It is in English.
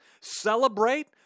celebrate